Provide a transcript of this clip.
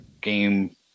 game